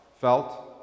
felt